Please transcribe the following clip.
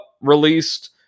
released